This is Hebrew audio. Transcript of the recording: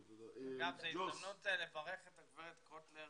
אגב, זאת הזדמנות לברך את חברת הכנסת קוטלר